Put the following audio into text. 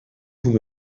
vous